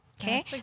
okay